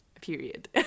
period